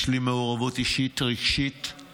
יש לי מעורבות אישית-רגשית-נפשית